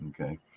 okay